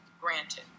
granted